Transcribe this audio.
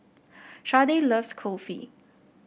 Sharday loves Kulfi